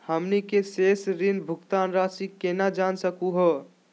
हमनी के शेष ऋण भुगतान रासी केना जान सकू हो?